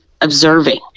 observing